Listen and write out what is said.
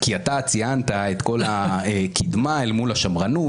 כי אתה ציינת את הקידמה אל מול השמרנות,